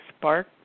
spark